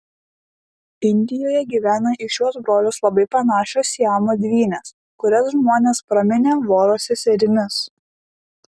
indijoje gyvena į šiuos brolius labai panašios siamo dvynės kurias žmonės praminė voro seserimis